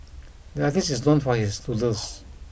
the artist is known for his doodles